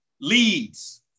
leads